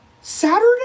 Saturday